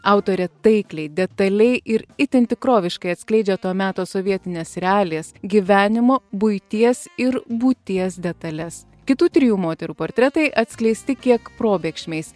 autorė taikliai detaliai ir itin tikroviškai atskleidžia to meto sovietines realijas gyvenimo buities ir būties detales kitų trijų moterų portretai atskleisti kiek probėgšmiais